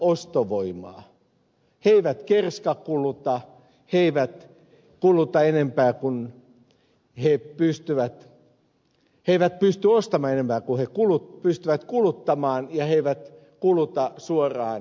he eivät kerskakuluta he eivät pysty ostamaan enempää kuin he pystyvät kuluttamaan ja he eivät kuluta suoraan jätekaatopaikoille